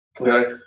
Okay